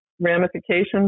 ramifications